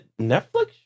Netflix